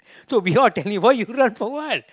so we all are telling you run for what